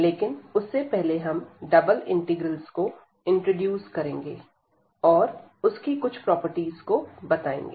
लेकिन उससे पहले हम डबल इंटीग्रल्स को इंट्रोड्यूस करेंगे और उसकी कुछ प्रॉपर्टीज को बताएंगे